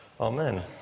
Amen